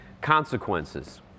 Consequences